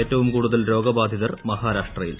ഏറ്റവും കൂടൂതൽ രോഗബാധിതർ മഹാരാഷ്ട്രയിൽ